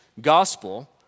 gospel